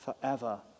forever